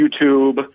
YouTube